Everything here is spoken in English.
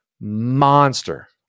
monster